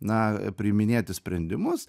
na priiminėti sprendimus